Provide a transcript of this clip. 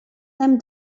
them